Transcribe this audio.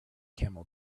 camel